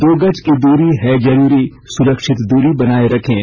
दो गज की दूरी है जरूरी सुरक्षित दूरी बनाए रखें